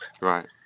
right